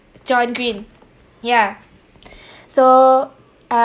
john green ya so uh